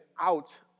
out